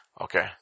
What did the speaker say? Okay